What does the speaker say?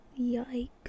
Yikes